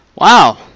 Wow